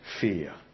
fear